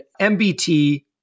MBT